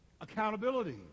Accountability